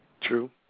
True